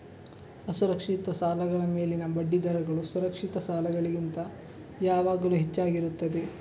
ಅಸುರಕ್ಷಿತ ಸಾಲಗಳ ಮೇಲಿನ ಬಡ್ಡಿ ದರಗಳು ಸುರಕ್ಷಿತ ಸಾಲಗಳಿಗಿಂತ ಯಾವಾಗಲೂ ಹೆಚ್ಚಾಗಿರುತ್ತದೆ